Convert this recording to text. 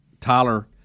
Tyler